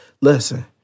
listen